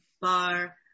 Bar